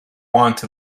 want